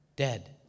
dead